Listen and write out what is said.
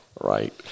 Right